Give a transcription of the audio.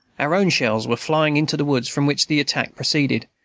our own shells were flying into the woods from which the attack proceeded,